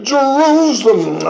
Jerusalem